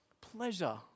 Pleasure